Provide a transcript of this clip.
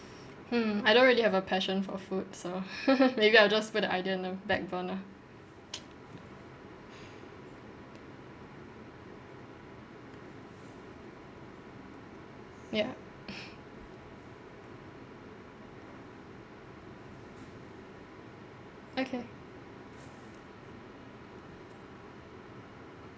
hmm I don't really have a passion for food so maybe I'll just put the idea in the back burner yup okay